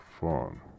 fun